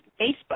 Facebook